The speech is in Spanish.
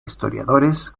historiadores